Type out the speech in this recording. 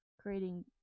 creating